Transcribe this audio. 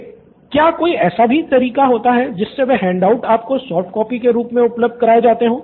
student 1 क्या कोई ऐसा भी तरीका होता है जिससे वह हैंडआउट आपको सॉफ्ट कॉपी के रूप में उपलब्ध कराए जाते हो